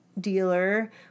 dealer